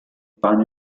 panni